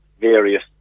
various